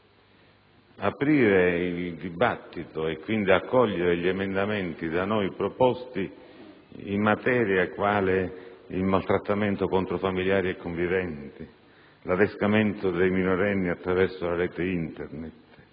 aprire il dibattito e quindi accogliere gli emendamenti da noi proposti in materie quali il maltrattamento contro familiari e conviventi, l'adescamento dei minorenni attraverso la rete Internet,